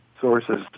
sources